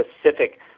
specific